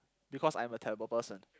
because I'm a terrible person